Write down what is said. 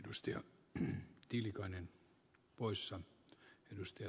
ei suojele pohjoiskarjalaisia ihmisiä